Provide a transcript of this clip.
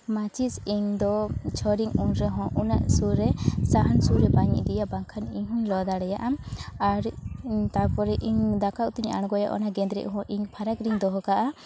ᱢᱟᱹᱪᱤᱥ ᱤᱧ ᱫᱚ ᱪᱷᱚᱨᱤᱧ ᱩᱱ ᱨᱮᱦᱚᱸ ᱩᱱᱟᱹᱜ ᱥᱩᱨ ᱨᱮ ᱥᱟᱦᱟᱱ ᱥᱩᱨ ᱨᱮ ᱵᱟᱹᱧ ᱤᱫᱤᱭᱟ ᱵᱟᱝᱠᱷᱟᱱ ᱤᱧᱦᱩᱧ ᱞᱚ ᱫᱟᱲᱮᱭᱟᱜᱼᱟ ᱟᱨ ᱛᱟᱨᱯᱚᱨᱮ ᱤᱧ ᱫᱟᱠᱟ ᱩᱛᱩᱧ ᱟᱬᱜᱚᱭᱟ ᱚᱱᱮ ᱜᱮᱸᱫᱽᱨᱮᱡ ᱛᱮᱦᱚᱸ ᱤᱧ ᱯᱷᱟᱨᱟᱠ ᱨᱤᱧ ᱫᱚᱦᱚ ᱠᱟᱜᱼᱟ